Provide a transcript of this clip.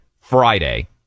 Friday